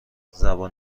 زبان